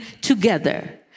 together